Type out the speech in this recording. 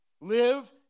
Live